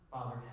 Father